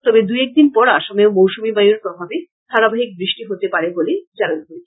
তবে দু একদিন পর আসামেও মৌসুমী বায়ুর প্রভাবে ধারাবাহিক বৃষ্টি হতে পারে বলে জানানো হয়েছে